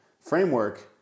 framework